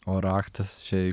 o raktas čia į